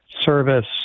service